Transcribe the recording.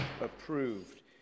approved